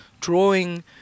drawing